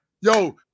Yo